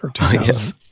Yes